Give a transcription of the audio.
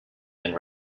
and